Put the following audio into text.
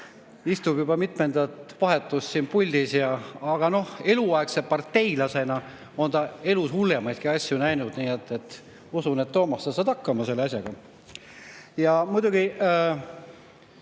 istub juba mitmendat vahetust siin puldis. Aga noh, eluaegse parteilasena on ta elus hullemaidki asju näinud, nii et usun, et Toomas, sa saad hakkama selle asjaga. Ja muidugi